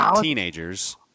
teenagers